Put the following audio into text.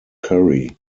curry